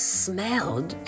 smelled